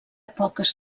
poques